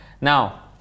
Now